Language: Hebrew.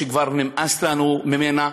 שכבר נמאס לנו ממנה,